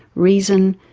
reason,